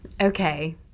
okay